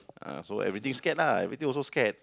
uh so everything scared lah everything also scared